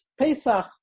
Pesach